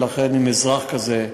לכן אם אזרח כזה,